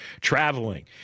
traveling